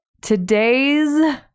today's